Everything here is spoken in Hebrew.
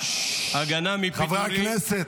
הגנה מפיטורים -- חברי הכנסת,